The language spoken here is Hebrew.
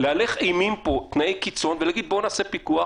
להלך אימים פה כל תנאי קיצון ולהגיד: בואו נעשה פיקוח,